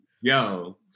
Yo